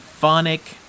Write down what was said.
Phonic